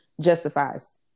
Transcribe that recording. justifies